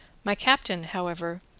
my captain, however,